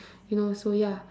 you know so ya